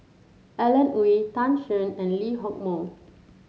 Alan Oei Tan Shen and Lee Hock Moh